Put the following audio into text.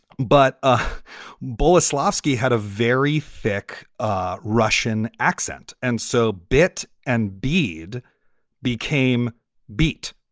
but ah bullis lafsky had a very thick ah russian accent and so bit and bead became beat.